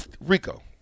Rico